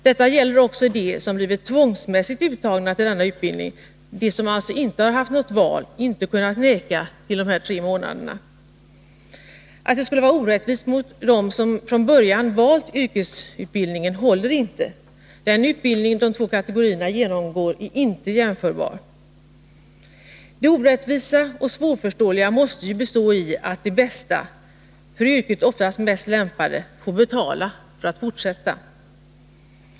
Detta gäller också dem som blivit tvångsmässigt uttagna till denna utbildning, alltså dem som inte haft något val, ej kunnat säga nej till de här tre månaderna. Att det skulle vara orättvist mot dem som från början valt yrkesutbildningen håller inte — den utbildning de två kategorierna genomgår är inte jämförbar. Det orättvisa och svårförståeliga måste ju bestå i att de bästa, för yrket oftast mest lämpade, får betala för att fortsätta.